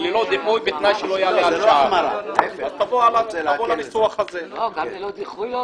גם ללא דיחוי להוסיף?